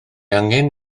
angen